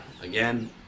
Again